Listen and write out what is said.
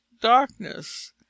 darkness